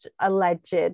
alleged